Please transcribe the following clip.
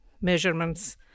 measurements